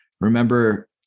remember